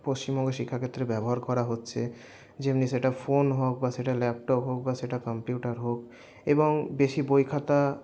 পশ্চিমবঙ্গে শিক্ষাক্ষেত্রে ব্যবহার করা হচ্ছে যেমনি সেটা ফোন হোক বা সেটা ল্যাপটপ হোক বা সেটা কাম্পিউটার হোক এবং বেশি বই খাতা